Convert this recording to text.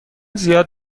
زیاد